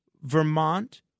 Vermont